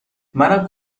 منم